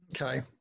Okay